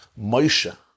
Moshe